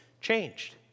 changed